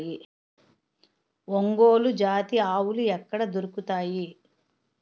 ఒంగోలు జాతి ఆవులు ఎక్కడ దొరుకుతాయి?